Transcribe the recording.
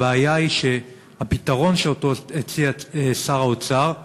הבעיה היא שהפתרון שהציע שר האוצר הוא